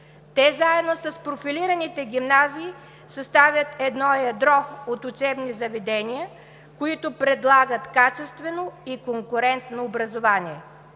Те, заедно с профилираните гимназии, съставят едно ядро от учебни заведения, които предлагат качествено и конкурентно образование.